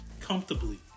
comfortably